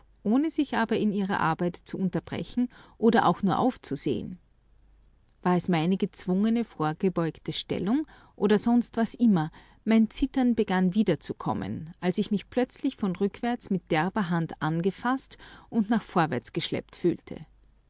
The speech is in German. ohne sich aber in ihrer arbeit zu unterbrechen oder auch nur aufzusehen war es meine gezwungene vorgebeugte stellung oder sonst was immer mein zittern begann wiederzukommen als ich mich plötzlich von rückwärts mit derber hand angefaßt und nach vorwärts geschleppt fühlte